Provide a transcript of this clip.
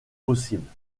possibles